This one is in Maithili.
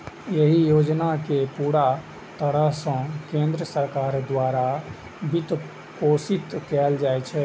एहि योजना कें पूरा तरह सं केंद्र सरकार द्वारा वित्तपोषित कैल जाइ छै